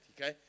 okay